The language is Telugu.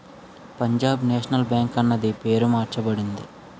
పంజాబ్ నేషనల్ బ్యాంక్ అన్నది పేరు మార్చబడింది